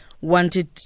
wanted